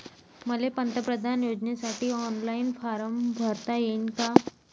मले पंतप्रधान योजनेसाठी ऑनलाईन फारम भरता येईन का?